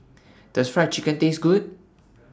Does Fried Chicken Taste Good